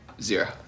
Zero